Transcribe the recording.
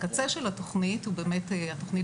הקצה של התוכנית הוא באמת התוכנית